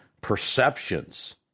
perceptions